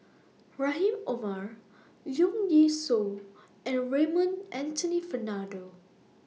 Rahim Omar Leong Yee Soo and Raymond Anthony Fernando